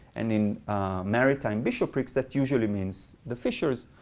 and in maritime bishoprics, that usually means the fishers,